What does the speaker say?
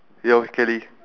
yo kelly